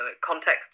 context